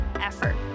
effort